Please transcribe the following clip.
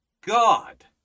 god